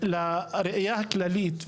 לראייה הכללית,